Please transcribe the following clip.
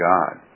God